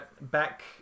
back